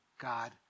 God